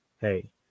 hey